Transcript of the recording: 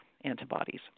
antibodies